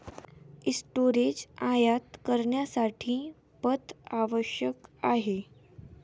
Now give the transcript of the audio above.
storage आयात करण्यासाठी पथ आवश्यक आहे